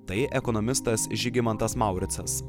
tai ekonomistas žygimantas mauricas